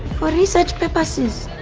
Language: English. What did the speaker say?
for research purposes